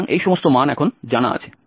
সুতরাং এই সমস্ত মান এখন জানা আছে